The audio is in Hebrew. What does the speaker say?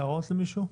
האם יש למישהו הערות?